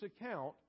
account